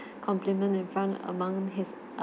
compliment in front among his err